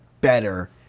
better